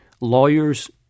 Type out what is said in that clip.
lawyers